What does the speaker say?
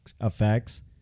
effects